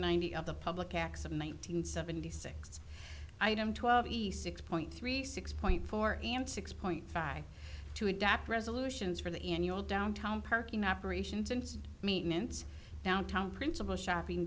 ninety of the public acts of my nine hundred seventy six item twelve e six point three six point four and six point five to adopt resolutions for the annual downtown parking operations and maintenance downtown principal shopping